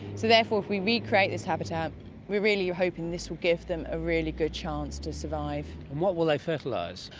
so therefore if we recreate this habitat we really are hoping this will give them a really good chance to survive. and what will they fertilise?